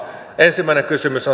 ensimmäinen kysymys on